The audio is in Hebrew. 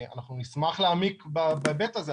אנחנו נשמח להעמיק בהיבט הזה,